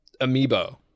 Amiibo